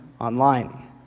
online